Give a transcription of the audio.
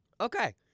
Okay